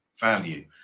value